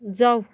जाऊ